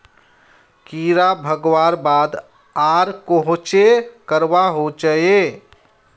कीड़ा भगवार बाद आर कोहचे करवा होचए?